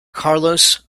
carlos